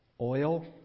Oil